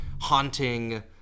haunting